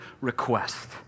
request